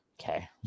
Okay